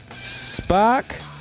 Spark